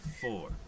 four